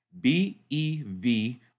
B-E-V